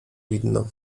widno